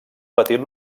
petit